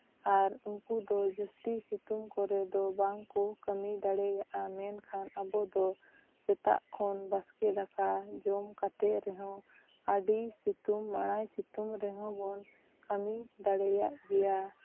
ᱟᱨ ᱩᱱᱠᱩ ᱫᱚ ᱡᱟᱹᱥᱛᱤ ᱥᱤᱛᱩᱝ ᱠᱚᱨᱮ ᱫᱚ ᱵᱟᱝ ᱠᱚ ᱠᱟᱹᱢᱤ ᱫᱟᱲᱮᱭᱟᱜᱼᱟ ᱢᱮᱱᱠᱷᱟᱱ ᱟᱵᱚ ᱫᱚ ᱥᱮᱛᱟᱜ ᱠᱷᱚᱱ ᱵᱟᱥᱠᱮ ᱫᱟᱠᱟ ᱡᱚᱢ ᱠᱟᱛᱮ ᱨᱮᱦᱚᱸ ᱟᱹᱰᱤ ᱥᱤᱛᱩᱝ ᱢᱟᱲᱟᱭ ᱥᱤᱛᱩᱝ ᱨᱮᱦᱚᱸ ᱵᱚᱱ ᱠᱟᱹᱢᱤ ᱫᱟᱲᱮᱭᱟᱜ ᱜᱮᱭᱟ